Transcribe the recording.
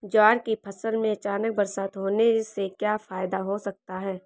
ज्वार की फसल में अचानक बरसात होने से क्या फायदा हो सकता है?